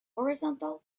horizontal